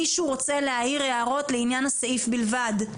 מישהו רוצה להעיר הערות לעניין הסעיף בלבד?